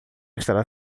estará